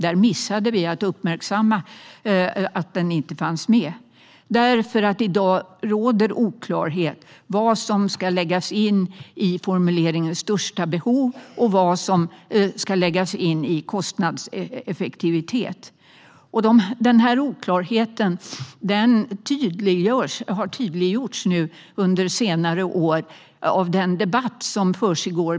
Vi missade att uppmärksamma att de inte fanns med där. I dag råder det nämligen oklarhet i vad som ska läggas in i formuleringen "största behovet" och vad som ska läggas in i "kostnadseffektivitet". Denna oklarhet har tydliggjorts under senare år i debatten mellan olika aktörer.